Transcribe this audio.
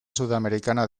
sudamericana